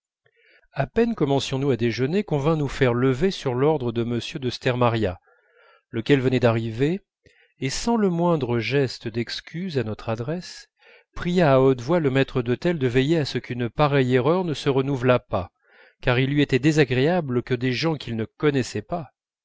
à peine commencions nous à déjeuner qu'on vint nous faire lever sur l'ordre de m de stermaria lequel venait d'arriver et sans le moindre geste d'excuse à notre adresse pria à haute voix le maître d'hôtel de veiller à ce qu'une pareille erreur ne se renouvelât pas car il lui était désagréable que des gens qu'il ne connaissait pas